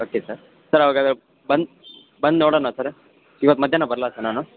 okay sir sir ಅವಾಗ ಬಂದು ಬಂದು ನೋಡೋಣ ಸರ್ ಇವತ್ತು ಮಧ್ಯಾಹ್ನ ಬರ್ಲಾ ಸರ್ ನಾನು